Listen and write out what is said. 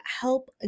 help